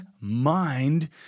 mind